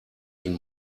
ihn